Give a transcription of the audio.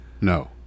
No